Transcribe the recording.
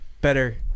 better